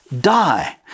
die